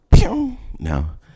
now